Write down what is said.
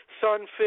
sunfish